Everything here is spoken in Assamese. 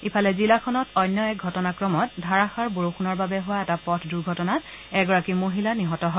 ইফালে জিলাখনত অন্য এক ঘটনাক্ৰমত ধাৰাষাৰ বৰষুণৰ বাবে হোৱা এটা পথ দূৰ্ঘটনাত এগৰাকী মহিলা নিহত হয়